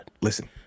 Listen